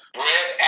bread